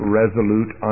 resolute